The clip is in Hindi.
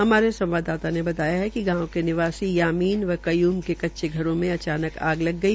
हमारे संवाददाता ने बताया कि गांव के निवासी यामीन व क्यूम के कच्चे घरों मे अचानक आग लग गई